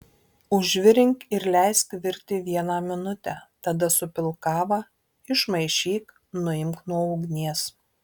užvirink ir leisk virti vieną minutę tada supilk kavą išmaišyk nuimk nuo ugnies